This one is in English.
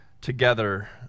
together